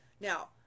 now